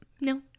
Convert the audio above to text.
No